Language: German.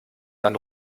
dann